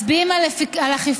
מצביעים על אכיפה